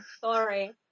sorry